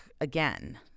again